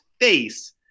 face